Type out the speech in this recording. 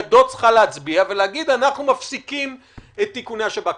ידו צריכה להצביע ולהגיד: אנחנו מפסיקים את איכוני השב"כ.